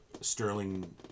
Sterling